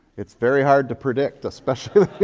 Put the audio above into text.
it's very hard to predict, especiallyo